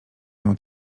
mną